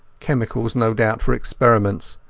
chemicals no doubt for experiments,